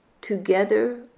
Together